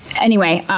anyway,